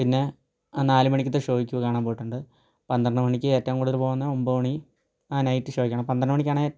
പിന്നെ ആ നാലുമണിക്കത്തെ ഷോയിക്ക് കാണാൻ പോയിട്ടുണ്ട് പന്ത്രണ്ട് മണിക്ക് ഏറ്റവും കൂടുതൽ പോകുന്നത് ഒൻപത് മണി ആ നൈറ്റ് ഷോയ്ക്ക് ആണ് പന്ത്രണ്ട് മണിക്കാണ്